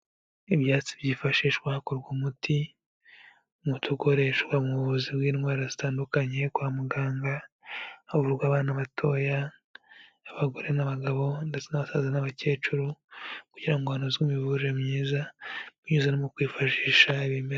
Ibyatsi byifashishwa hakorwa umuti, umuti ukoreshwa mu buvuzi bw'indwara zitandukanye kwa muganga havurwa abana bato, abagore n'abagabo, ndetse n'abasaza n'abakecuru kugira ngo hanozwe imiyoborere myiza binyuze no mu kwifashisha ibimera.